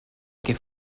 que